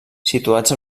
situats